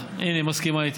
הינה, היא מסכימה איתי.